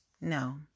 no